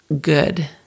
good